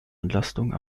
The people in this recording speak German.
entlastung